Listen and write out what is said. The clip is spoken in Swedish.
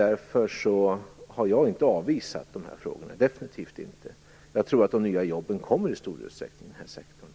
Därför har jag inte avvisat de här frågorna, definitivt inte. Jag tror att de nya jobben i stor utsträckning kommer i denna sektor.